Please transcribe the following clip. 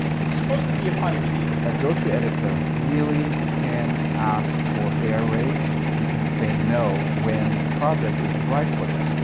it's supposed to be a funny video. a go-to editor really can ask for a fair rate and can say no when the project isn't right for them,